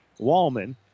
Wallman